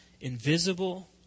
invisible